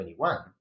2021